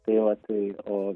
tai va tai o